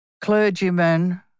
clergymen